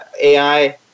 AI